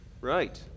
Right